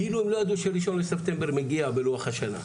כאילו שהם לא ידעו שראשון בספטמבר מגיע בלוח השנה,